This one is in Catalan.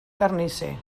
carnisser